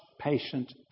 patient